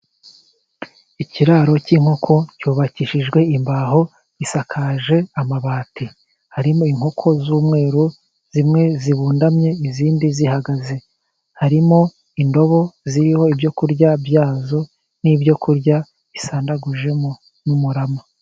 Ikiraro cy'inkoko cyubakishijwe imbaho, gisakaje amabati. Harimo inkoko z'umweru, zimwe zibundamye, izindi zihagaze. Harimo indobo ziriho ibyo kurya byazo n'ibyo kurya bisandaguje mu murama.